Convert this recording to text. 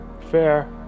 Fair